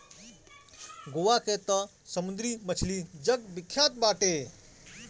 गोवा के तअ समुंदरी मछली जग विख्यात बाटे